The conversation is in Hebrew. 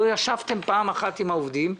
לא נפגשתם פעם אחת עם העובדים.